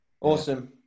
Awesome